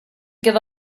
give